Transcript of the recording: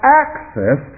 access